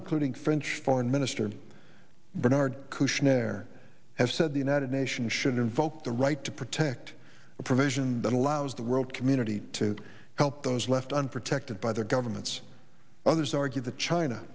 including french foreign minister bernard cushion air has said the united nations should invoke the right to protect a provision that allows the world community to help those left unprotected by their governments others argue that china